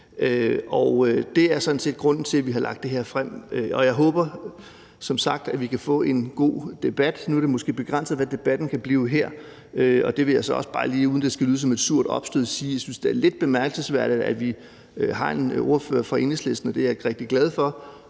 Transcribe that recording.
set grunden til, at vi har lagt det her frem, og jeg håber som sagt, at vi kan få en god debat. Nu er det måske begrænset, hvor meget debat der kan blive her, og der vil jeg så også bare lige sige, uden at det skal lyde som et surt opstød, at det er lidt bemærkelsesværdigt, at vi har en ordfører fra Enhedslisten – og det er jeg rigtig glad for